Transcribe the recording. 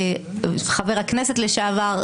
חבר הכנסת לשעבר,